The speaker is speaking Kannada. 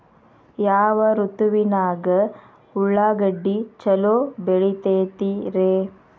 ಯಾವ ಋತುವಿನಾಗ ಉಳ್ಳಾಗಡ್ಡಿ ಛಲೋ ಬೆಳಿತೇತಿ ರೇ?